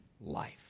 life